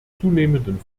zunehmenden